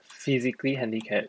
physically handicapped